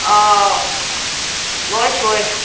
ꯑꯧ ꯂꯣꯏ ꯁꯨꯔꯦ